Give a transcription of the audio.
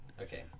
Okay